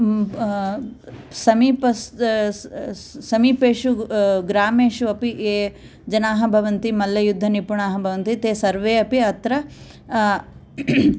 समीप समीपेषु ग्रामेषु अपि ये जनाः भवन्ति मल्लयुद्धनिपुणाः भवन्ति ते सर्वे अत्र